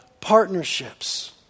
partnerships